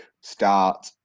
start